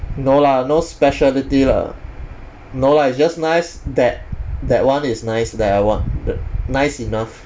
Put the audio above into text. no lah no specialty lah no lah it's just nice that that one is nice leh I want err nice enough